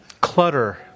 clutter